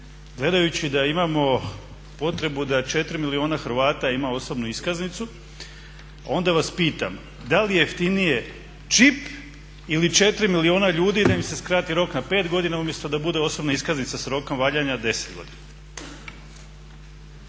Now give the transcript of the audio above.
gledajući da imamo potrebu da 4 milijuna Hrvata ima osobnu iskaznicu onda vas pitam da li je jeftinije čip ili 4 milijuna ljudi da im se skrati rok na 5 godina umjesto da bude osobna iskaznica s rokom valjanja 10 godina.